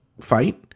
fight